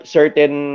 certain